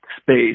space